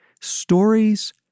Stories